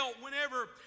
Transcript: whenever